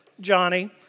Johnny